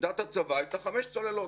עמדת הצבא הייתה חמש צוללות.